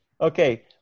Okay